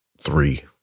three